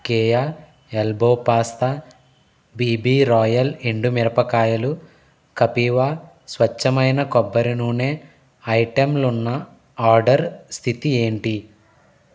కేయా elbow pasta BB Royal ఎండు మిరపకాయలు కపీవ స్వచ్ఛమైన కొబ్బరి నూనె ఐటెంలున్న ఆర్డర్ స్థితి ఏంటి